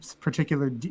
particular